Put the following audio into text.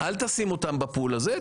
אל תשים אותן בפול הזה,